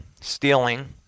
stealing